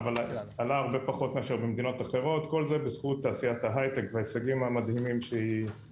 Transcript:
כל זה בזכות תעשיית ההייטק וההישגים המדהימים שהיא הצליחה להגיע אליהם,